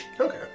Okay